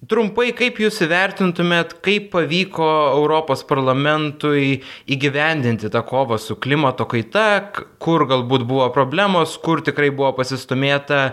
trumpai kaip jūs įvertintumėt kaip pavyko europos parlamentui įgyvendinti tą kovą su klimato kaita kur galbūt buvo problemos kur tikrai buvo pasistūmėta